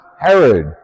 Herod